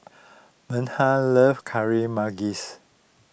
Meghan loves Manggis